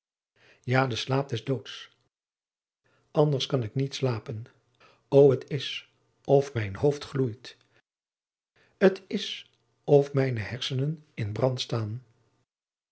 ja den slaap des doods anders zal ik niet slapen o t is of mijn hoofd gloeit t is of mijne hersenen in brand staan